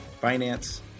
finance